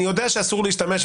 אני יודע שאסור להשתמש,